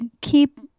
keep